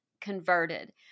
converted